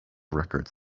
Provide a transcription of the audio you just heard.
records